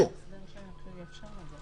יחד, כמובן אחרי נתינת אפשרות הסתייגות.